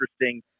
interesting